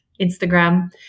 Instagram